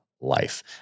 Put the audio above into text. life